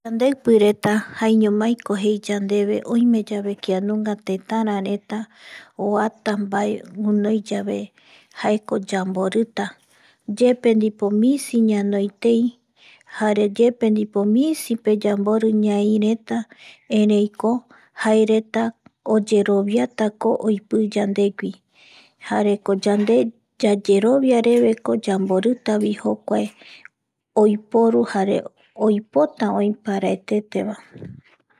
Yandeipireta jaeiñomaiko jei yandeve oime yave kia nunga tetarareta oata mbae guinoiyave jaeko yamborita yepe ndipo misi ñanoitei jare yepe ndipo misipe yambori ñaireta ereiko jaereta oyeroviatako oipii yandegui jareko yande yayeroviareveko yamborita jokuae oiporu jare oipota oï paraetetevae